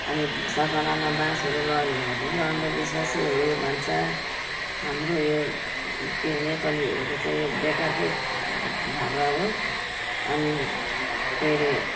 अनि सपनामा बाँसहरू लड्यो भने पनि यो अन्धविश्वासै हो यो भन्छ हाम्रो यो के अरे नेपालीहरूको चाहिँ यो बेकारकै ढर्रा हो अनि के अरे